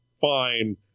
fine